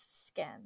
skin